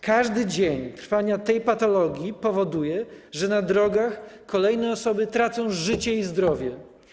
Każdy dzień trwania tej patologii powoduje, że na drogach kolejne osoby tracą życie i zdrowie.